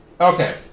Okay